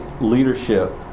leadership